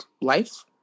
life